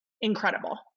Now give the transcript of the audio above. incredible